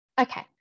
Okay